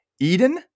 Eden